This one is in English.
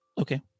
Okay